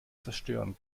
zerstören